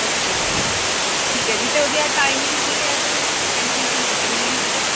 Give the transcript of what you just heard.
ਅੱਛਾ ਜੀ ਠੀਕ ਹੈ ਜੀ ਅਤੇ ਉਹਦੀ ਆਹ ਟਾਈਮਿੰਗ ਕੀ ਹੈ ਅਤੇ ਐਂਟਰੀ ਫੀਸ ਕਿੰਨੀ ਹੈਗੀ ਆ